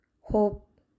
Hope